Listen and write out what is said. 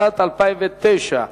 התשס"ט 2009,